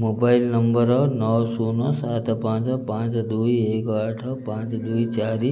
mobile number ନଅ ଶୂନ ସାତ ପାଞ୍ଚ ପାଞ୍ଚ ଦୁଇ ଏକ ଆଠ ପାଞ୍ଚ ଦୁଇ ଚାରି